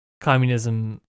communism